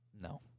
No